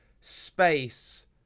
space